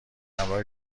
همراه